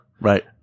Right